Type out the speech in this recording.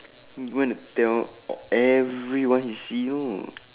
go and tell everyone he see you know